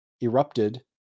erupted